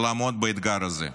לעמוד באתגר הזה.